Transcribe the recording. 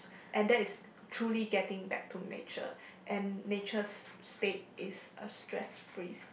and that is truly getting back to nature and nature's state is a stress free state